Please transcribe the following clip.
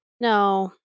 No